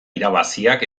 irabaziak